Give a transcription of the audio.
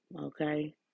okay